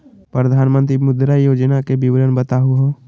प्रधानमंत्री मुद्रा योजना के विवरण बताहु हो?